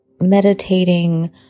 meditating